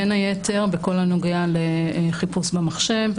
בין היתר בכל הנוגע לחיפוש במחשב,